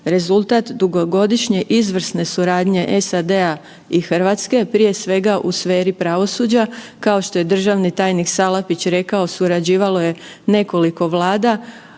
rezultat dugogodišnje izvrsne suradnje SAD-a i Hrvatske, prije svega u sferi pravosuđa kao što je državni tajnik Salapić rekao, surađivalo je nekoliko vlada.